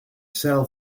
cell